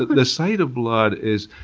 the but sight of blood is,